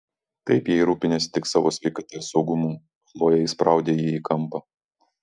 taip jei rūpiniesi tik savo sveikata ir saugumu chlojė įspraudė jį į kampą